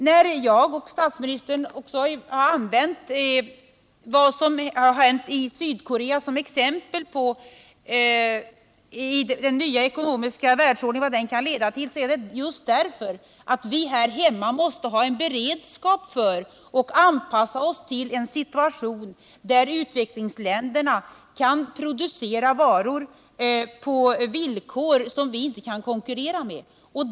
När jag och statsministern har använt Sydkorea som exempel på vad den nya ekonomiska världsordningen kan leda till är det just för att vi anser att vi här hemma måste ha en beredskap att anpassa oss till en situation där utvecklingsländerna kan producera varor på villkor som vi inte kan konkurrera med.